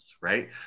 Right